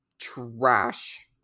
trash